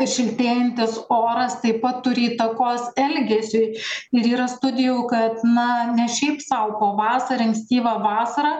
ir šiltėjantis oras taip pat turi įtakos elgesiui ir yra studijų kad na ne šiaip sau pavasarį ankstyvą vasarą